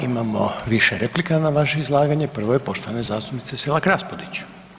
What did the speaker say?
Imamo više replika na vaše izlaganje, prvo je poštovane zastupnice Selak Raspudić.